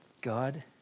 God